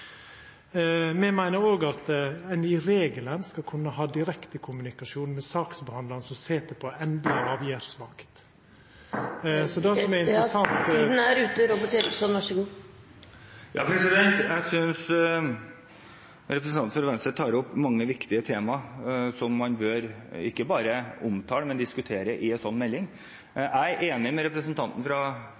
meiner òg at ein i regelen skal kunne ha direkte kommunikasjon med saksbehandlaren som sit på endeleg avgjerdsmakt. Det som er interessant … Tiden er ute! Jeg synes representanten fra Venstre tar opp mange viktige temaer som man bør ikke bare omtale, men diskutere i en slik melding. Jeg er enig med representanten fra